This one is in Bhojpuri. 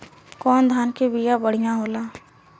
कौन धान के बिया बढ़ियां होला?